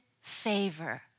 favor